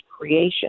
creation